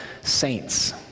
saints